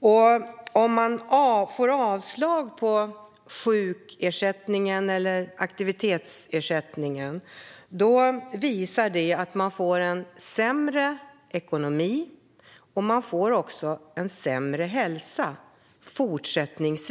Den som får avslag på ansökan om sjukersättning eller aktivitetsersättning får sämre ekonomi och fortsättningsvis också sämre hälsa.